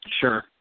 sure